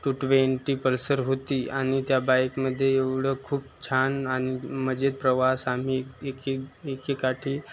to twenty Pulsar होती आणि त्या बाईकमध्ये एवढं खूप छान आणि मजेत प्रवास आम्ही एके एकेकाठी